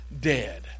dead